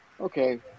Okay